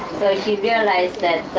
she realized that